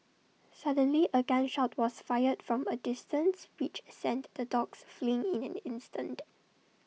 suddenly A gun shot was fired from A distance which sent the dogs fleeing in an instant